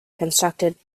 constructed